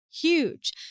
huge